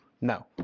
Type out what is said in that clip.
No